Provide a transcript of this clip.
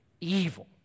evil